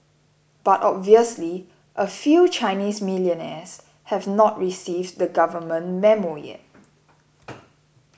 but obviously a few Chinese millionaires have not received the Government Memo yet